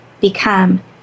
become